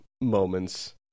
moments